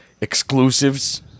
exclusives